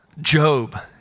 Job